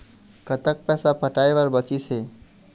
कतक पैसा पटाए बर बचीस हे?